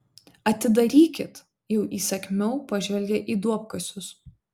atidarykit jau įsakmiau pažvelgė į duobkasius